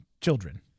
Children